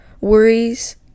worries